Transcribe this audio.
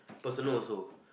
personal also